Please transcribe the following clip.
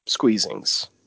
squeezings